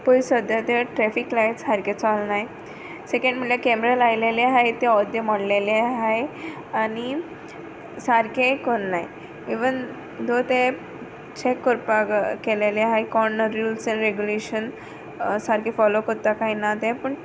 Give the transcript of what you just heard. पळय सद्या ते ट्रेफिक लायट सारके चोलनाय सेकेड म्हणल्यार कॅमरा लायलेले आहाय ते ओद्दे मोडलेले आहाय आनी सारकेय कोन्नाय इवन दो ते चॅक कोरपाक केलेले आहाय कोण रुल्स ऍड रेगुलेशन सारके फोलोव कोत्ता काय ना ते पूण